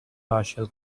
partial